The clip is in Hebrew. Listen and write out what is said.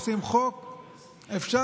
עושים חוק, אפשר.